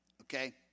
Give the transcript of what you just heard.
Okay